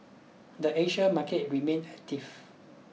the Asian market remained active